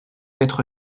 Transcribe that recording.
être